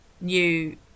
new